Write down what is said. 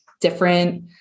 different